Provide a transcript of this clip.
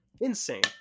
insane